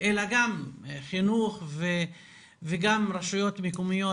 אלא גם חינוך וגם רשויות מקומיות.